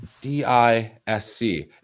D-I-S-C